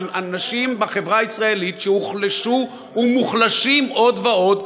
אנשים בחברה הישראלית שהוחלשו ומוחלשים עוד ועוד,